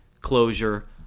closure